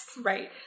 right